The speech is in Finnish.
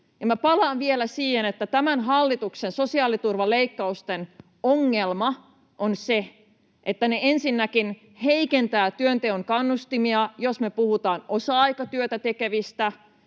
Palaan vielä siihen, että tämän hallituksen sosiaaliturvaleikkausten ongelma on se, että ne ensinnäkin heikentävät työnteon kannustimia, jos me puhutaan osa-aikatyötä tekevistä,